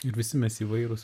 ir visi mes įvairūs